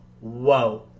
whoa